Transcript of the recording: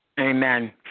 Amen